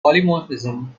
polymorphism